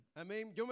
amen